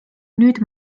nüüd